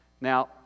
Now